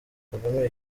kagame